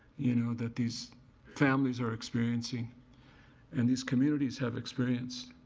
you know, that these families are experiencing and these communities have experienced.